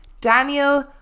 Daniel